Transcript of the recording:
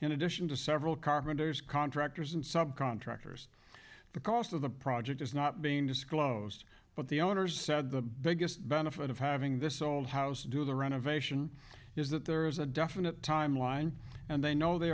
in addition to several carpenters contractors and subcontractors the cost of the project is not being disclosed but the owners said the biggest benefit of having this old house do the renovation is that there is a definite time line and they know they